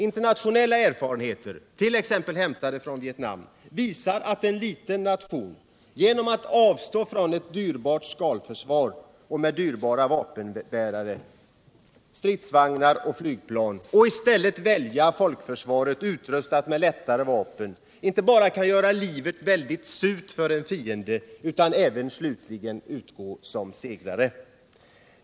Internationella erfarenheter, t.ex. från Vietnam, visar att en liten nation genom att avstå från ett dyrt skalförsvar med dyrbara vapenbärare, stridsvagnar och flygplan, och i stället välja folkförsvaret utrustat med lättare vapen, inte bara kan göra livet surt för fienden utan även slutligen utgå som segrare.